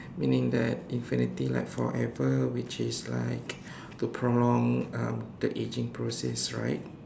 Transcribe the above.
meaning that infinity like forever which is like to prolong um the aging process right